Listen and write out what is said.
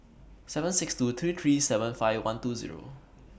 seven six two three three seven five one two Zero